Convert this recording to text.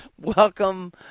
Welcome